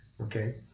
okay